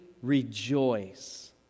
Rejoice